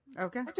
Okay